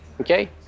okay